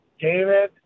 David